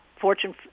Fortune